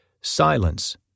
Silence